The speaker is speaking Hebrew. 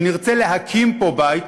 שנרצה להקים פה בית,